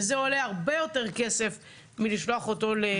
וזה עולה הרבה יותר כסף מלשלוח אותם.